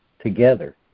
together